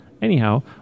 Anyhow